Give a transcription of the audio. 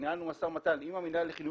ניהלנו עכשיו משא ומתן עם המנהל לחינוך